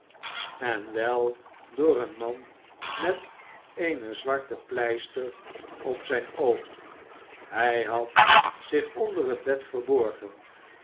en wel door een man met eene zwarte pleister op zijn oog hij had zich onder het bed verborgen